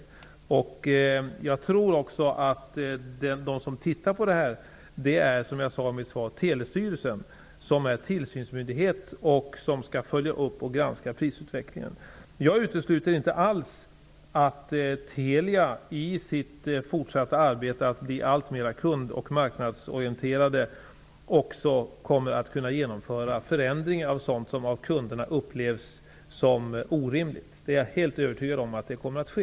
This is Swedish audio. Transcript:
Som jag sade i mitt svar är det Telestyrelsen som är tillsynsmyndighet och som skall följa upp och granska prisutvecklingen. Jag utesluter inte alls att Telia i sitt fortsatta arbete att bli alltmer kund och marknadsorienterat också kommer att kunna genomföra förändringar av sådant som av kunderna upplevs som orimligt. Det är jag helt övertygad om kommer att ske.